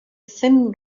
thin